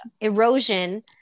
erosion